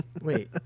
Wait